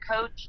coach